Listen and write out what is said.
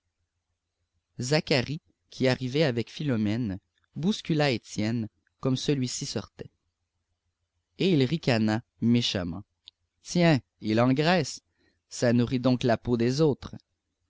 zacharie qui arrivait avec philomène bouscula étienne comme celui-ci sortait et il ricana méchamment tiens il engraisse ça nourrit donc la peau des autres